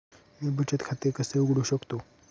मी बचत खाते कसे उघडू शकतो?